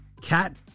Cat